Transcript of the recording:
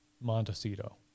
Montecito